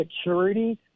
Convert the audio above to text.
security